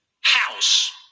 house